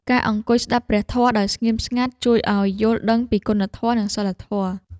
ការអង្គុយស្ដាប់ព្រះធម៌ដោយស្ងៀមស្ងាត់ ជួយឱ្យយល់ដឹងពីគុណធម៌ និងសីលធម៌។